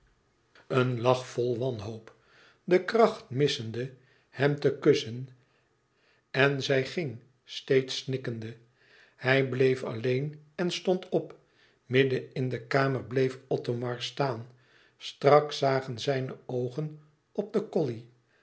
een lach vol wanhoop de kracht missende hem te kussen en zij ging steeds snikkende hij bleef alleen en stond op midden in de kamer bleef othomar staan strak zagen zijne oogen op den colley